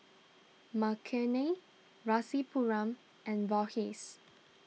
Makineni Rasipuram and Verghese